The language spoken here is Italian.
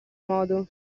modo